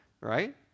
right